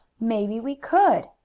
maybe we could,